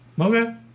Okay